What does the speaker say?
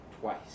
twice